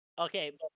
Okay